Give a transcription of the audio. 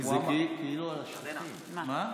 כי זה כאילו, לא,